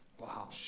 Wow